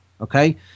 okay